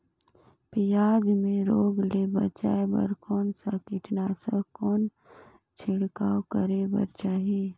पियाज मे रोग ले बचाय बार कौन सा कीटनाशक कौन छिड़काव करे बर चाही?